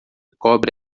cobre